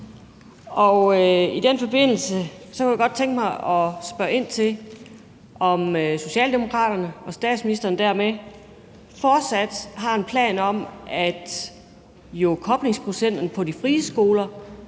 I den forbindelse kunne jeg godt tænke mig at spørge ind til, om Socialdemokraterne og dermed statsministeren fortsat har en plan om, at koblingsprocenten på de frie skoler